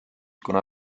kuna